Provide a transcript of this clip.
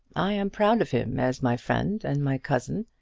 i am proud of him as my friend and my cousin,